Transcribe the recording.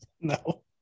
No